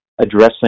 addressing